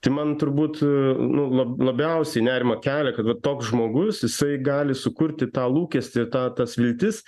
tai man turbūt nu la labiausiai nerimą kelia vat toks žmogus jisai gali sukurti tą lūkestį tą tas viltis